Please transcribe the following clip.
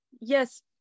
Yes